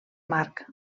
marc